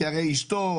כי הרי אשתו,